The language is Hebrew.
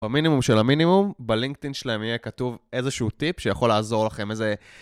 במינימום של המינימום, בלינקדאין שלהם יהיה כתוב איזשהו טיפ שיכול לעזור לכם, איזה...